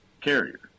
carrier